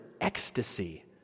ecstasy